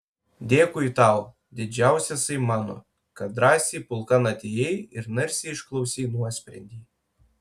dėkui tau didžiausiasai mano kad drąsiai pulkan atėjai ir narsiai išklausei nuosprendį